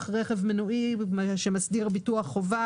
וזה משהו שמתועד,